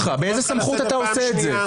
מי הסמיך אותך לבצע הפיכה משטרית?